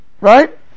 right